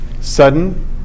sudden